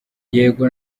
yego